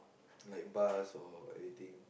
like bars or anything